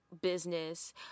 business